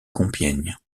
compiègne